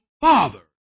father